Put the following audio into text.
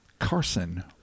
Carson